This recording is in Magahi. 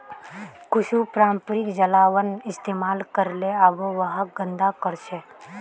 कुछू पारंपरिक जलावन इस्तेमाल करले आबोहवाक गंदा करछेक